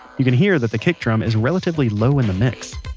you can hear that the kick drum is relatively low in the mix